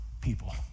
people